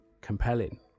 compelling